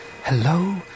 Hello